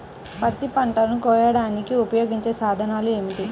పత్తి పంటలను కోయడానికి ఉపయోగించే సాధనాలు ఏమిటీ?